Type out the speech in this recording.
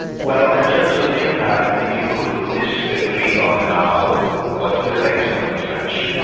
well in terms of impact, many people would disagree on how, what's the legacy of the french.